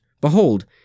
behold